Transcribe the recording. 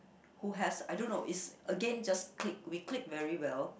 who has I don't know is again just clique we clique very well